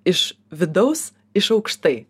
iš vidaus iš aukštai